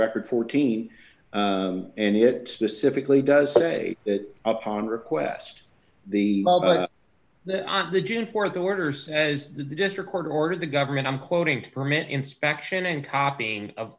record fourteen and it specifically does say that upon request the the june for the orders as the district court ordered the government i'm quoting to permit inspection and copying of